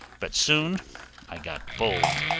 but soon i got bold,